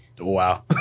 wow